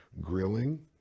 grilling